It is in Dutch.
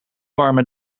warme